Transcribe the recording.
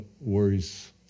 worries